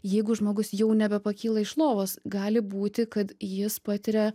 jeigu žmogus jau nebepakyla iš lovos gali būti kad jis patiria